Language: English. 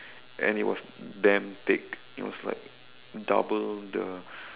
and it was damn thick it was like double the